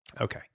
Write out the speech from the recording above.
Okay